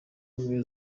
ubumwe